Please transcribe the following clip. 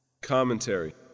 Commentary